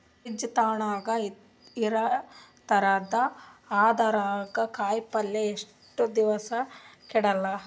Fridge ತಣಗ ಇರತದ, ಅದರಾಗ ಕಾಯಿಪಲ್ಯ ಎಷ್ಟ ದಿವ್ಸ ಕೆಡಲ್ಲ?